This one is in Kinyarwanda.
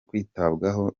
kwitabwaho